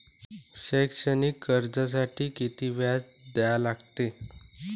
शैक्षणिक कर्जासाठी किती व्याज द्या लागते?